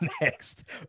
next